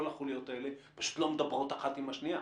החוליות האלה פשוט לא מדברות אחת עם השנייה.